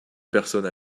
personne